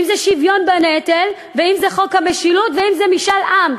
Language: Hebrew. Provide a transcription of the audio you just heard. אם זה שוויון בנטל ואם זה חוק המשילות ואם זה משאל עם,